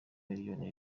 miliyoni